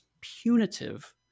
punitive